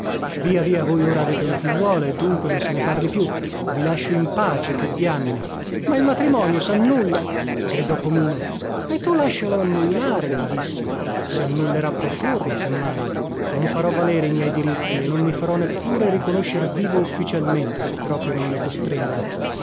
via via voi ora avete una figliuola e dunque non se ne parli più i lascio in pace che diamine ma il matrimonio sannulla gridò pomino e tu lascialo annullare gli dissi si annullerà pro forma se mai non farò valere i miei diritti e non mi farò neppure riconoscer vivo ufficialmente se proprio non mi costringono